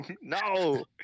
No